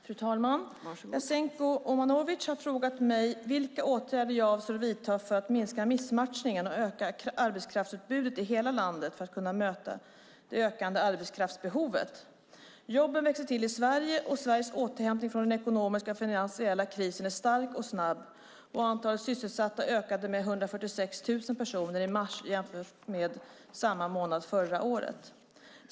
Fru talman! Jasenko Omanovic har frågat mig vilka åtgärder jag avser att vidta för att minska missmatchningen och öka arbetskraftsutbudet i hela landet för att kunna möta det ökande arbetskraftsbehovet. Jobben växer till i Sverige. Sveriges återhämtning från den ekonomiska och finansiella krisen är stark och snabb, och antalet sysselsatta ökade med 146 000 personer i mars jämfört med samma månad förra året.